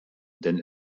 denn